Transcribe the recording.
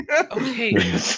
Okay